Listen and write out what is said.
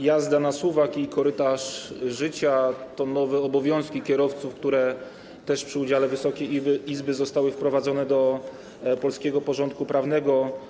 Jazda na suwak i korytarz życia to nowe obowiązki kierowców, które też przy udziale Wysokiej Izby zostały wprowadzone do polskiego porządku prawnego.